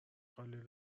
خاله